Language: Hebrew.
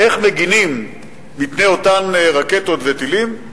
איך מגינים מפני אותן רקטות וטילים.